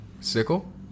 sickle